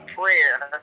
prayer